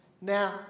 Now